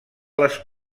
les